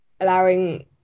allowing